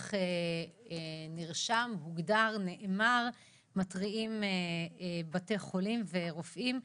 כך נרשם, הוגדר, נאמר ומתריעים בתי חולים ורופאים.